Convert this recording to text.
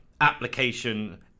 application